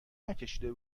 نکشیده